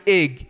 egg